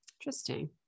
Interesting